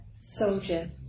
soldier